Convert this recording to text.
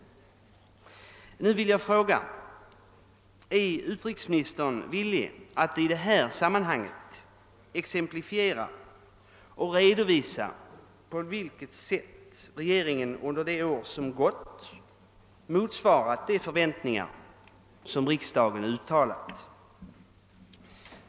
Nu vill jag fråga: Är utrikesministern villig att i detta sammanhang exemplifiera och redovisa på vilket sätt regeringen under det år som gått har motsvarat de förväntningar riksdagen uttalat?